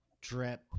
drip